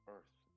Earth